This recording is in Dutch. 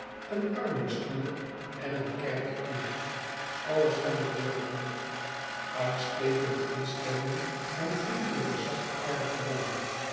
een armbestuur en een kerkeknecht alles van de diaconie uitstekende instellingen en vriendelijke zachtaardige mannen